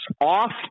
off